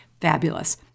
Fabulous